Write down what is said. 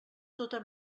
tota